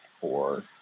four